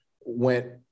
went